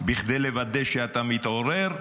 כדי לוודא שאתה מתעורר,